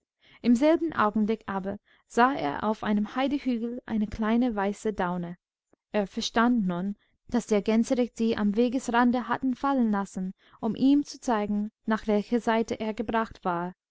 im selben augenblick aber sah er auf einem heidehügel eine kleine weiße daune er verstand nun daß der gänserich die am wegesrande hatte fallen lassen um ihm zu zeigen nach welcher seite er gebracht war